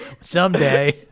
Someday